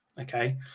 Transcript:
okay